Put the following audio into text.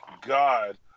God